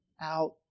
out